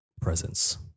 presence